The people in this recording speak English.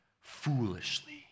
foolishly